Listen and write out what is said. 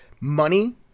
money